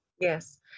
yes